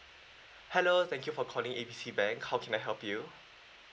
hello thank you for calling A B C bank how can I help you